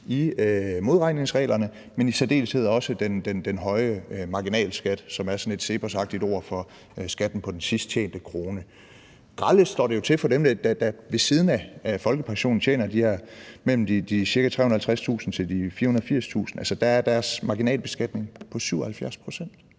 i modregningsreglerne, men i særdeleshed også med den høje marginalskat, som er sådan et CEPOS-agtigt ord for skatten på den sidst tjente krone. Grellest står det til for dem, der ved siden af folkepensionen tjener mellem 350.000 kr og 480.000 kr., for der er deres marginalbeskatning på 77 pct.